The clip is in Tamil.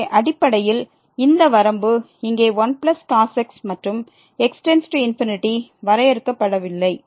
எனவே அடிப்படையில் இந்த வரம்பு இங்கே 1cos x மற்றும் x→∞ வரையறுக்கப்படவில்லை